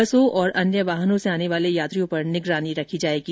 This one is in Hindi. बसों और अन्य वाहनों से आने वाले यात्रियों पर निगरानी रखी जाएगी